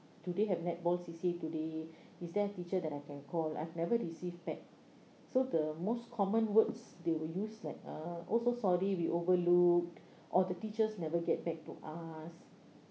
do they have netball C_C_A today is there a teacher that I can call I've never received back so the most common words they will use like uh oh so sorry we overlooked or the teachers never get back to us